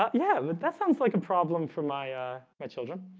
ah yeah, but that sounds like a problem for my ah my children